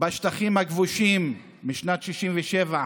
בשטחים הכבושים משנת 67',